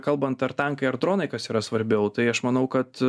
kalbant ar tankai ar dronai kas yra svarbiau tai aš manau kad